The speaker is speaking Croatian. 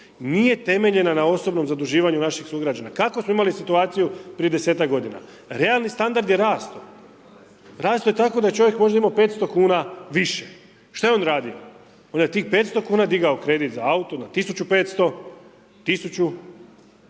nije temeljena na osobnom zaduživanju naših sugrađana. Kako smo imali situaciju prije 10-ak godina? Realni standard je rast'o, rast'o je tako da je čovjek možda imao 500 kuna više. Šta je on radio? On je na tih 500 kuna digao kredit za auto na 1500, 1000